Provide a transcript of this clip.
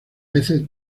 veces